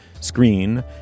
screen